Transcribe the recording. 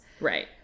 Right